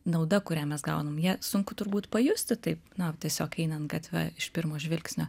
nauda kurią mes gaunam ją sunku turbūt pajusti taip na tiesiog einant gatve iš pirmo žvilgsnio